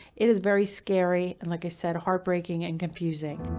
it is very scary and like i said, heartbreaking and confusing.